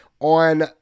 on